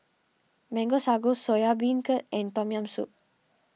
Mango Sago Soya Beancurd and Tom Yam Soup